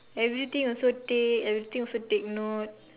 everything also take everything also take note